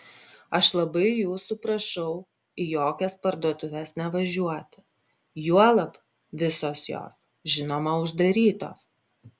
aš labai jūsų prašau į jokias parduotuves nevažiuoti juolab visos jos žinoma uždarytos